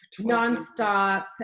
nonstop